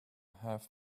half